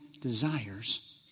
desires